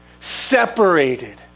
separated